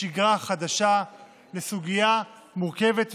צריך להתרגל לשגרה חדשה בסוגיה מורכבת וקשה.